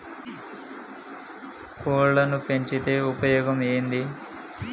కోళ్లని పెంచితే ఉపయోగం ఏంది?